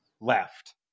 left